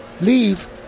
leave